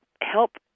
help